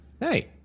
Hey